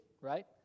right